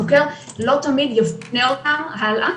החוקר לא תמיד יפנה אותם הלאה,